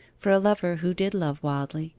for a lover who did love wildly,